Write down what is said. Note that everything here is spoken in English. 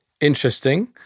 interesting